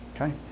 okay